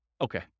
Okay